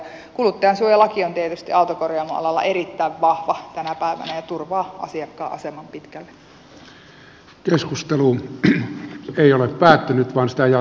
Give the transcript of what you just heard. kuluttajansuojalaki on tietysti autokorjaamoalalla erittäin vahva tänä päivänä ja turvaa asiakkaan aseman pitkälle